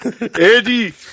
Eddie